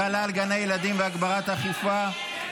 החלה על גני ילדים והגברת האכיפה),